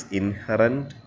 inherent